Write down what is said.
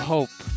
Hope